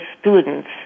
students